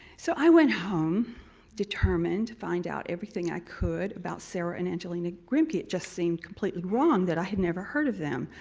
so i went home determined to find out everything i could about sarah and angelina grimke. it just seemed completely wrong that i had never heard of them.